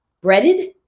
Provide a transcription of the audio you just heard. breaded